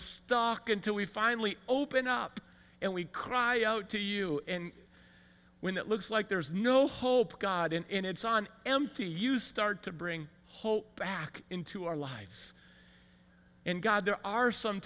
stuck until we finally open up and we cry out to you and when it looks like there is no hope god in in it's on empty you start to bring hope back into our lives and god there are some